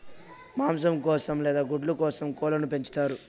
మాంసం కోసం లేదా గుడ్ల కోసం కోళ్ళను పెంచుతారు